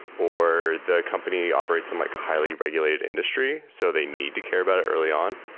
or the company operates in like a highly regulated industry, so they need to care about it early on.